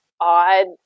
odd